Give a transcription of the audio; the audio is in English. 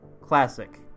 classic